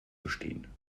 verstehen